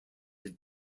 had